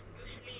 Usually